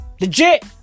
Legit